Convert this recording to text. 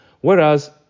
Whereas